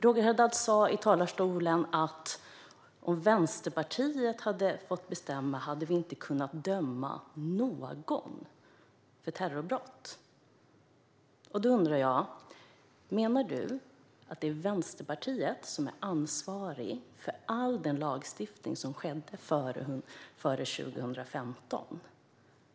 Roger Haddad sa i talarstolen att om Vänsterpartiet hade fått bestämma hade vi inte kunnat döma någon för terroristbrott. Då undrar jag: Menar du att det är Vänsterpartiet som är ansvarigt för all lagstiftning före 2015?